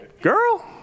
Girl